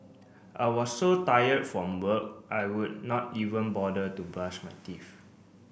I was so tired from work I would not even bother to brush my teeth